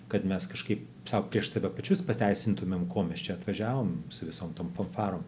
kad mes kažkaip sau prieš save pačius pateisintumėm ko mes čia atvažiavom su visom tom fanfarom